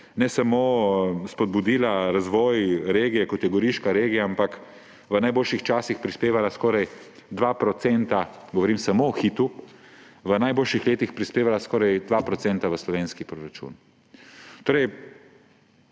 ne samo spodbudila razvoj regije, kot je goriška regija, ampak v najboljših časih prispevala skoraj 2 %, govorim samo o Hitu, v najboljših letih prispevala skoraj 2 % v slovenski proračun.